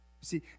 See